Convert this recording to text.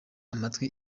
amatwi